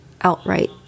outright